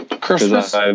christmas